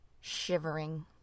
shivering